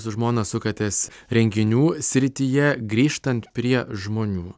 su žmona sukatės renginių srityje grįžtant prie žmonių